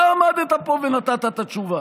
אתה עמדת פה ונתת את התשובה.